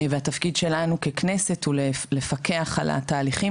והתפקיד שלנו ככנסת הוא לפקח על התהליכים